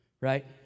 Right